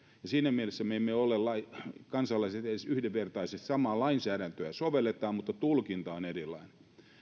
ja siinä mielessä me kansalaiset emme ole edes yhdenvertaisia samaa lainsäädäntöä sovelletaan mutta tulkinta on erilainen